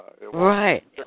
Right